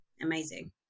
amazing